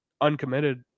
uncommitted